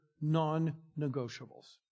non-negotiables